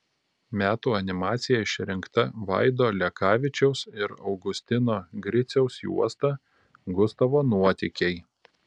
metų animacija išrinkta vaido lekavičiaus ir augustino griciaus juosta gustavo nuotykiai